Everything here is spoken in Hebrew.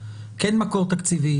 כן מקור תקציבי,